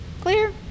Clear